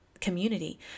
community